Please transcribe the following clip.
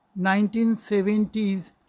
1970s